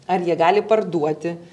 ar jie gali parduoti